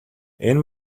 энэ